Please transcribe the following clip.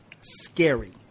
scary